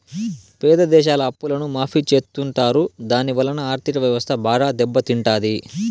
పేద దేశాల అప్పులను మాఫీ చెత్తుంటారు దాని వలన ఆర్ధిక వ్యవస్థ బాగా దెబ్బ తింటాది